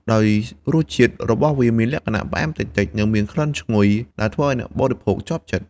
ដោយរសជាតិរបស់វាមានលក្ខណៈផ្អែមតិចៗ និងមានក្លិនឈ្ងុយដែលធ្វើឲ្យអ្នកបរិភោគជាប់ចិត្ត។